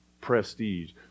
prestige